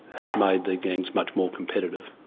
has made these gangs much more competitive.